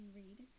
read